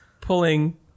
pulling